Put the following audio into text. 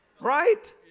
Right